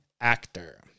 Actor